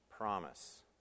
promise